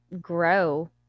grow